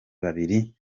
babiri